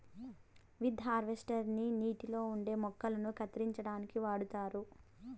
weed harvester ని నీటిలో ఉండే మొక్కలను కత్తిరించడానికి వాడుతారు